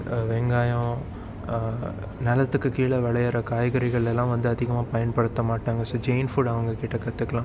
வெங்காயம் நிலத்துக்கு கீழே விளையிற காய்கறிகள் எல்லாம் வந்து அதிகமாக பயன்படுத்த மாட்டாங்க ஸோ ஜெயின் ஃபுட் அவங்ககிட்ட கற்றுக்கலாம்